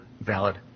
valid